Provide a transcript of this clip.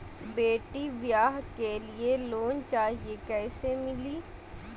बेटी ब्याह के लिए लोन चाही, कैसे मिली?